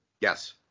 Yes